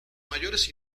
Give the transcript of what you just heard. mayores